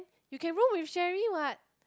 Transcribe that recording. you can room with Cherry what